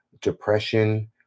depression